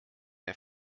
der